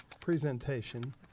presentation